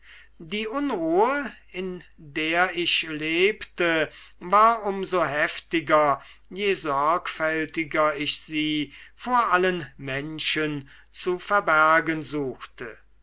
die unruhe in der ich lebte war um so heftiger je sorgfältiger ich sie vor allen menschen zu verbergen suchte